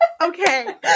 Okay